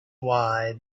why